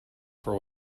for